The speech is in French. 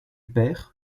père